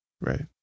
Right